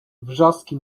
wrzaski